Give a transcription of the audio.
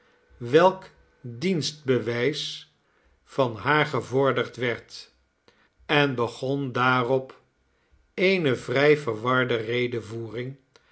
welk dienstbewijs van haar gevorderd werd en begon daarop eene vrij verwarde